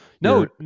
No